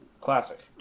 Classic